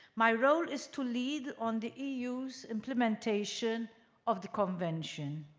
my role is to lead on the eu's implementation of the convention.